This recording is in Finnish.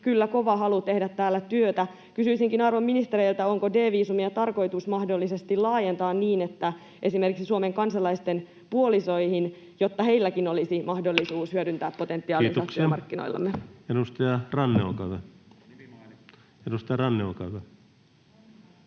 kyllä kova halu tehdä täällä työtä. Kysyisinkin arvon ministereiltä, onko D-viisumia tarkoitus mahdollisesti laajentaa esimerkiksi Suomen kansalaisten puolisoihin, jotta heilläkin olisi mahdollisuus hyödyntää potentiaaliaan työmarkkinoillamme. [Sebastian Tynkkynen: Nimi mainittu!] Edustaja Ranne, olkaa hyvä.